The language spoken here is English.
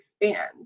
expand